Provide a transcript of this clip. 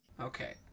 Okay